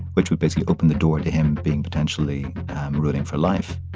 which would basically open the door to him being potentially ruling for life.